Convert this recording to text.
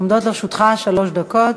עומדות לרשותך שלוש דקות.